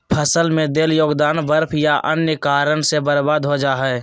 फसल में देल योगदान बर्फ या अन्य कारन से बर्बाद हो जा हइ